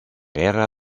guerra